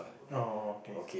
oh okay